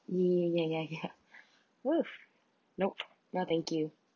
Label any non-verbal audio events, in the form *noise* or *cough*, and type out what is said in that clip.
ya ya ya ya ya *breath* !whoa! nope no thank you